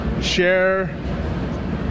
share